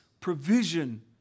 provision